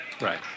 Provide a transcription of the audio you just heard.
Right